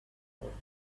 thought